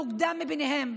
המוקדם מביניהם.